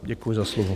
Děkuji za slovo.